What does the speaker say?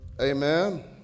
Amen